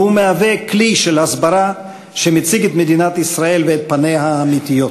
והוא מהווה כלי הסברה שמציג את מדינת ישראל ואת פניה האמיתיות.